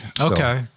Okay